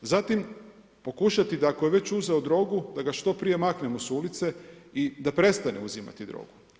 Zatim, pokušati da ako je već uzeo drogu, da ga što prije maknemo s ulice i da prestane uzimati drogu.